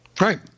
Right